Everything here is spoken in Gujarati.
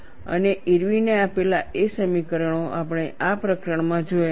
અને ઇર્વિને આપેલાં એ સમીકરણો આપણે આ પ્રકરણમાં જોયાં છે